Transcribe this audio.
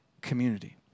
community